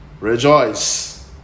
Rejoice